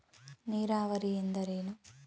ನೀರಾವರಿ ಎಂದರೇನು?